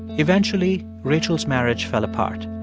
eventually, rachel's marriage fell apart.